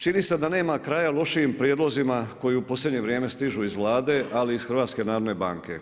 Čini se da nema kraja lošim prijedlozima koji u posljednje vrijeme stižu iz Vlade ali i z HNB-a.